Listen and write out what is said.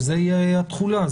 שזה יהיה התחולה.